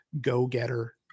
go-getter